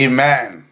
Amen